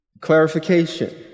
Clarification